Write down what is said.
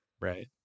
Right